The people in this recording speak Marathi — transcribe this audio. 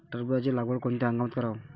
टरबूजाची लागवड कोनत्या हंगामात कराव?